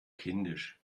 kindisch